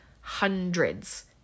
hundreds